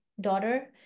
daughter